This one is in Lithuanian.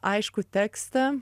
aiškų tekstą